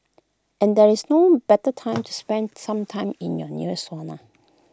and there is no better time to spend some time in your nearest sauna